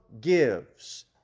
gives